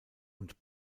und